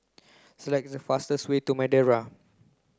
select the fastest way to Madeira